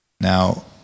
Now